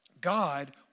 God